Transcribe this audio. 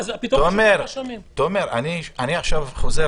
תומר, אני עכשיו חוזר